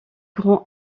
grands